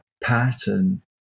pattern